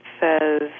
says